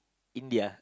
India